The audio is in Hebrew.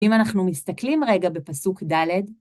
אם אנחנו מסתכלים רגע בפסוק ד',